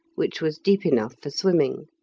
which was deep enough for swimming.